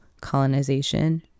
colonization